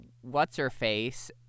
what's-her-face